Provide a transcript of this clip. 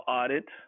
audit